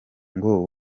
ngo